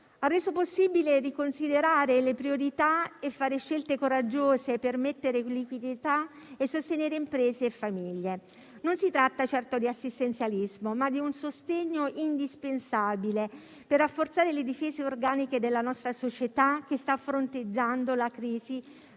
reso possibile riconsiderare le priorità e fare scelte coraggiose per mettere liquidità e sostenere imprese e famiglie. Non si tratta certo di assistenzialismo, ma di un sostegno indispensabile per rafforzare le difese organiche della nostra società che sta fronteggiando la crisi